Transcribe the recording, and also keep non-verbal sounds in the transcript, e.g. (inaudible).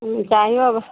(unintelligible)